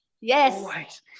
Yes